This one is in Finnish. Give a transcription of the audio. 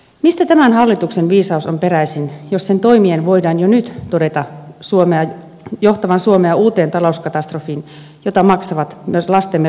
mistä tämän hallituksen viisaus on peräisin jos sen toimien voidaan jo nyt todeta johtavan suomea uuteen talouskatastrofiin jota maksavat myös lastemme lapsetkin